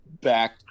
back